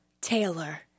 Taylor